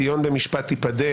ציון במשפט תיפדה